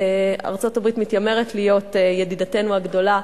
ארצות-הברית מתיימרת להיות ידידתנו הגדולה,